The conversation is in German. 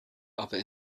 aber